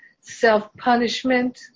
self-punishment